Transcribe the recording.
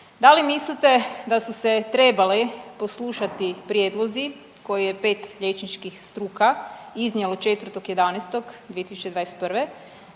da li mislite da su se trebali poslušati prijedlozi koje je 5 liječničkih struka iznijelo 4.11.2021.,